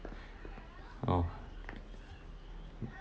oh